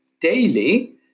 daily